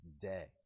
day